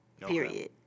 period